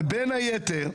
בין היתר,